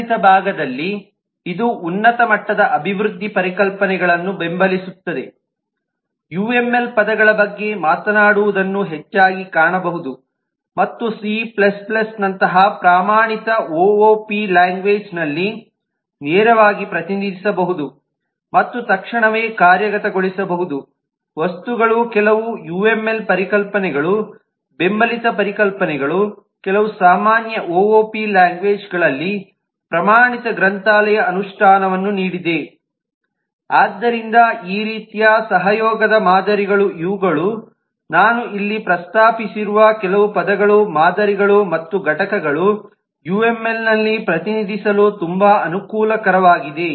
ಬೆಂಬಲಿತ ಭಾಗದಲ್ಲಿ ಇದು ಉನ್ನತ ಮಟ್ಟದ ಅಭಿವೃದ್ಧಿ ಪರಿಕಲ್ಪನೆಗಳನ್ನು ಬೆಂಬಲಿಸುತ್ತದೆ ಯುಎಂಎಲ್ ಪದಗಳ ಬಗ್ಗೆ ಮಾತನಾಡುವುದನ್ನು ಹೆಚ್ಚಾಗಿ ಕಾಣಬಹುದು ಮತ್ತು ಸಿ C ನಂತಹ ಪ್ರಮಾಣಿತ ಒಒಪಿ ಲ್ಯಾಂಗ್ವೇಜ್ನಲ್ಲಿ ನೇರವಾಗಿ ಪ್ರತಿನಿಧಿಸಬಹುದಾದ ಮತ್ತು ತಕ್ಷಣವೇ ಕಾರ್ಯಗತಗೊಳಿಸಬಹುದಾದ ವಸ್ತುಗಳು ಕೆಲವು ಯುಎಂಎಲ್ ಪರಿಕಲ್ಪನೆಗಳು ಬೆಂಬಲಿತ ಪರಿಕಲ್ಪನೆಗಳು ಕೆಲವು ಸಾಮಾನ್ಯ ಒಒಪಿ ಲ್ಯಾಂಗ್ವೇಜ್ಗಳಲ್ಲಿ ಪ್ರಮಾಣಿತ ಗ್ರಂಥಾಲಯ ಅನುಷ್ಠಾನವನ್ನು ನೀಡಿವೆ ಆದ್ದರಿಂದ ಈ ರೀತಿಯ ಸಹಯೋಗದ ಮಾದರಿಗಳು ಇವುಗಳು ನಾನು ಇಲ್ಲಿ ಪ್ರಸ್ತಾಪಿಸಿರುವ ಕೆಲವು ಪದಗಳು ಮಾದರಿಗಳು ಮತ್ತು ಘಟಕಗಳು ಯುಎಂಎಲ್ನಲ್ಲಿ ಪ್ರತಿನಿಧಿಸಲು ತುಂಬಾ ಅನುಕೂಲಕರವಾಗಿದೆ